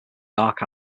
dark